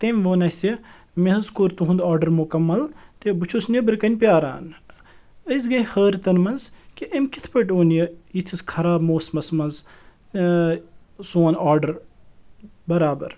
تٔمۍ ووٚن اسہِ مےٚ حظ کوٚر تُہُنٛد آرڈَر مُکمل تہِ بہٕ چھُس نیٚبرٕ کَنۍ پیاران أسۍ گٔے حٲرتَن منٛز کہِ أمۍ کِتھ پٲٹھۍ اوٚن یہِ یِتھِس خراب موسمَس منٛز ٲں سوٗن آرڈَر بَرابَر